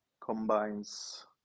combines